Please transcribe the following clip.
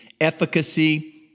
efficacy